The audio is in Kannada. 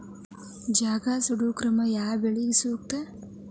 ಜಗಾ ಸುಡು ಕ್ರಮ ಯಾವ ಬೆಳಿಗೆ ಸೂಕ್ತ?